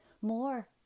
More